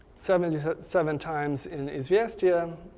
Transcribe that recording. seventy seven times in izvestia,